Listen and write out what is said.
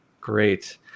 Great